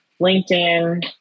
LinkedIn